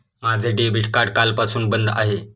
माझे debit card कालपासून बंद आहे